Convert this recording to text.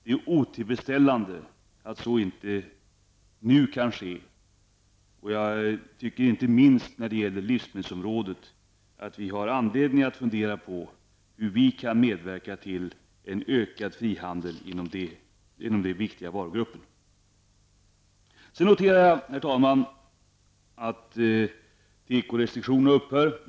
Det är otillfredsställande att så inte tycks kunna ske nu. Inte minst när det gäller livsmedelsområdet bör vi överväga hur vi kan medverka till ökad frihandel. Sedan noterar jag, herr talman, att tekorestriktionerna upphör.